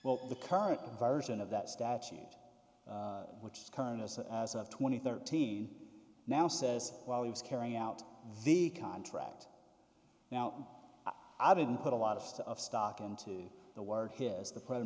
well the current version of that statute which is current us as of twenty thirteen now says while he was carrying out the contract now i didn't put a lot of stuff stock into the word his the